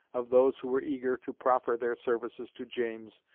of those who were eager to proffer their services to james,